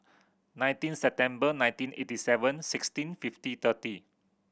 nineteen September nineteen eighty seven sixteen fifty thirty